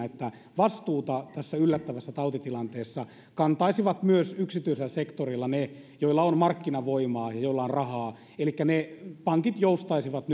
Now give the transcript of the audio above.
että vastuuta tässä yllättävässä tautitilanteessa kantaisivat myös yksityisellä sektorilla ne joilla on markkinavoimaa ja joilla on rahaa elikkä pankit joustaisivat